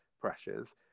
pressures